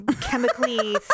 chemically